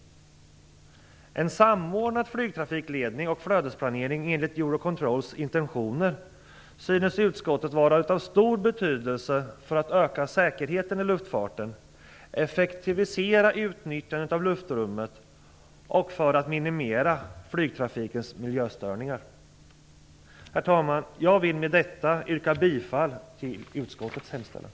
En samordnad flygtrafikledning och flödesplanering enligt Eurocontrols intentioner synes utskottet vara av stor betydelse för att öka säkerheten i luftfarten, effektivisera utnyttjandet av luftrummet och för att minimera flygtrafikens miljöstörningar. Herr talman! Jag vill med detta yrka bifall till utskottets hemställan.